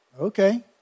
okay